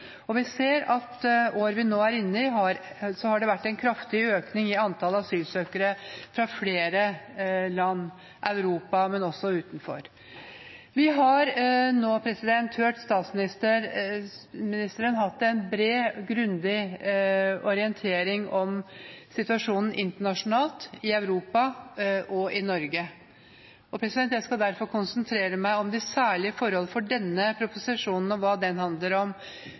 Vi ser at i det året vi nå er inne i, har det vært en kraftig økning i antall asylsøkere fra flere land i Europa, men også utenfor. Vi har nå hørt statsministeren holde en bred og grundig orientering om situasjonen internasjonalt, i Europa og i Norge. Jeg skal derfor konsentrere meg om de særlige forhold ved denne proposisjonen og hva den handler om,